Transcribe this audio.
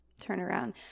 turnaround